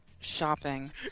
shopping